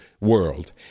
world